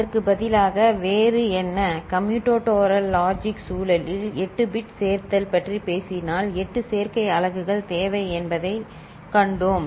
அதற்கு பதிலாக வேறு என்ன கம்யூட்டோடோரல் லாஜிக் சூழலில் 8 பிட் சேர்த்தல் பற்றி பேசினால் எட்டு சேர்க்கை அலகுகள் தேவை என்பதைக் கண்டோம்